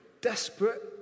desperate